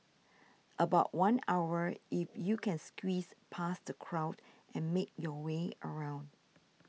about one hour if you can squeeze past the crowd and make your way around